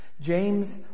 James